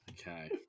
Okay